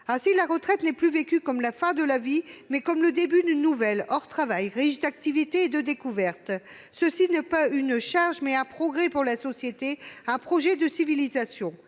Ainsi, la retraite est vécue non plus comme la fin de la vie, mais comme le début d'une nouvelle vie, hors travail, riche d'activités et de découvertes. Ce n'est pas une charge ; c'est un progrès pour la société, un projet de civilisation